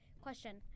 Question